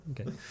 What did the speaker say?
okay